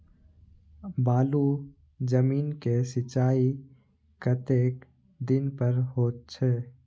बालू जमीन क सीचाई कतेक दिन पर हो छे?